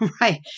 Right